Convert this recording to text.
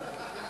לא הבנתי.